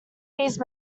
these